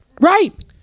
Right